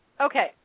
Okay